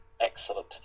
Excellent